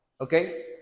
okay